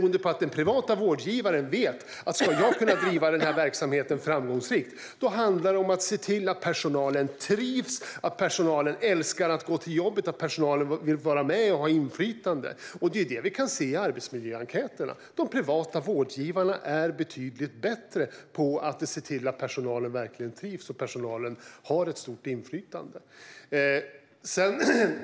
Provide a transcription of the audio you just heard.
Det beror på att den privata vårdgivaren vet att ska verksamheten kunna drivas framgångsrikt handlar det om att kunna se till att personalen trivs, att personalen älskar att gå till jobbet och att personalen vill vara med och ha inflytande. Det är det vi kan se i arbetsmiljöenkäterna: De privata vårdgivarna är betydligt bättre på att se till att personalen verkligen trivs och har ett stort inflytande.